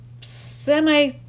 semi